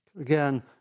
again